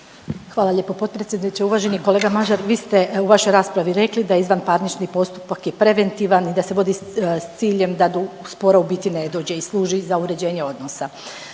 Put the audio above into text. Hvala lijepo potpredsjedniče. Uvaženi kolega Mađar, vi ste u vašoj raspravi rekli da izvanparnični postupak je preventivan i da se vodi s ciljem da do spora u biti i ne dođe i služi za uređenje odnosa.